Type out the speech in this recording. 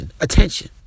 attention